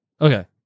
Okay